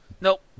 Nope